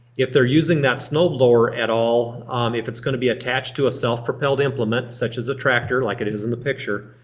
if they're using that snowblower at all if it's gonna be attached to a self propelled implement, such as a tractor like it is in the picture.